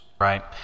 Right